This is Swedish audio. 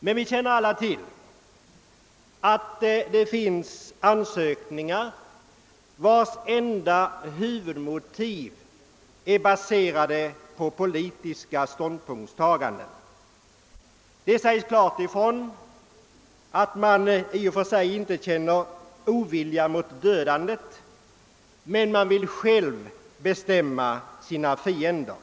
Men vi känner alla till att det finns ansökningar vilkas enda huvudmotiv är politiska ståndpunktstaganden. Det sägs klart ifrån att man i och för sig inte känner ovilja mot dödandet, men man vill själv bestämma sina fiender.